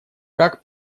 как